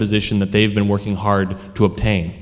position that they've been working hard to obtain